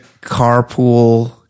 carpool